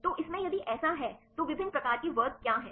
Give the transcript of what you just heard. तो इसमें यदि ऐसा है तो विभिन्न प्रकार के वर्ग क्या हैं